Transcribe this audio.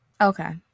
Okay